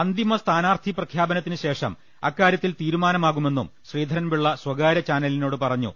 അന്തിമ സ്ഥാനാർത്ഥി പ്രഖ്യാപനത്തിനു ശേഷം അക്കാര്യത്തിൽ തീരുമാനമാകുമെന്നും ശ്രീധരൻപിള്ള സ്വകാര്യ ചാനലിനോട് പറഞ്ഞു